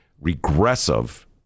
regressive